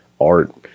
art